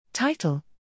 TITLE